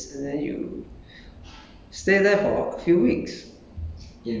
no you just you go there you go to thailand find a place and then you